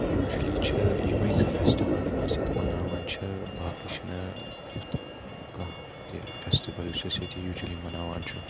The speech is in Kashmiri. تہٕ یوٗجولی چھِ یِمٕے زٕ فیسٹول یِم أسۍ ییٚتہِ مَناوان چھِ باقٕے چھُنہٕ تِیُتھ کانٛہہ تہِ فیسٹول یُس أسۍ ییٚتہِ یوٗجولی مناوان چھِ